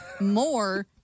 more